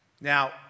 Now